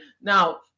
Now